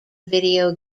video